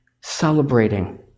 celebrating